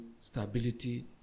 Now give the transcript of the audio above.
stability